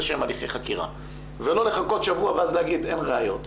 הליכי חקירה ולא לחכות איזה שבוע ואז להגיד שאין ראיות,